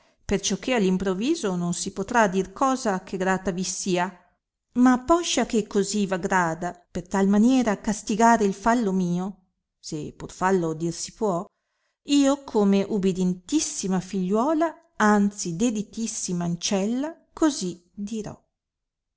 assai perciò che all'improviso non si potrà dir cosa che grata vi sia ma poscia che così v aggrada per tal maniera castigare il fallo mio se pur fallo dir si può io come ubidientissima figliuola anzi deditissima ancella così dirò